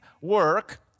work